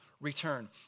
return